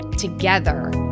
together